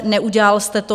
Neudělal jste to.